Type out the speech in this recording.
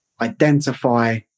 identify